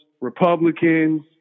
Republicans